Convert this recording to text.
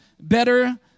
better